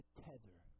tether